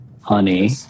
Honey